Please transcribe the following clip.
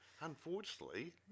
unfortunately